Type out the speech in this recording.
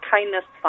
Kindness